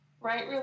Right